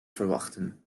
verwachten